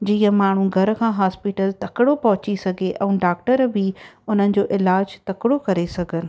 जीअं माण्हू घर खां हॉस्पिटल तकिड़ो पहुची सघे ऐं डॉक्टर बि उन्हनि जो इलाजु तकिड़ो करे सघनि